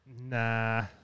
Nah